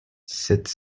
cette